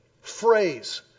phrase